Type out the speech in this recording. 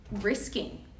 risking